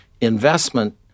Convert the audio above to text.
Investment